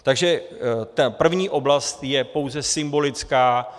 Takže ta první oblast je pouze symbolická.